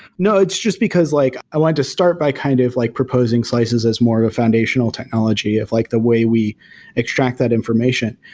no, it's just because like i wanted to start by kind of like proposing slices as more of a foundational technology of like the way we extract that information.